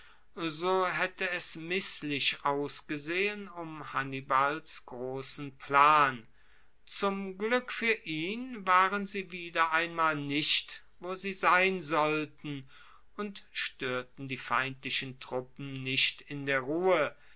so haette es misslich ausgesehen um hannibals grossen plan zum glueck fuer ihn waren sie wieder einmal nicht wo sie sein sollten und stoerten die feindlichen truppen nicht in der ruhe